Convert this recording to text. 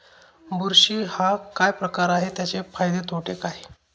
बुरशी हा काय प्रकार आहे, त्याचे फायदे तोटे काय?